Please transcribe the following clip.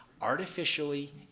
artificially